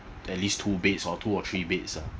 at least two beds or two or three beds ah